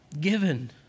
Given